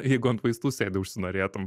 jeigu ant vaistų sėdi užsinorėtum